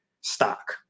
stock